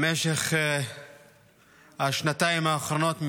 במשך השנתיים האחרונות,